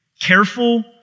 careful